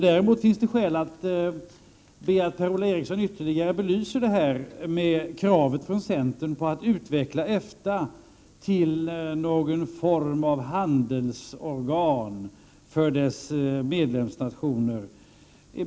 Däremot finns det skäl att be Per-Ola Eriksson att ytterligare belysa kravet från centern på att EFTA skall utvecklas till någon form av handelsorgan för dess medlemsnationer.